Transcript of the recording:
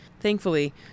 Thankfully